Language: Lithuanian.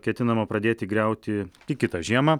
ketinama pradėti griauti tik kitą žiemą